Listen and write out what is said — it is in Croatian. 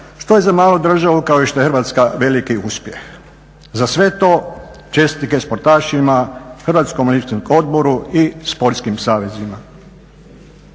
što je za malu državu kao što je Hrvatska veliki uspjeh. Za sve to, čestitke sportašima, Hrvatskom olimpijskom odboru i sportskim savezima.